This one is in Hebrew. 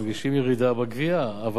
מרגישים ירידה בגבייה.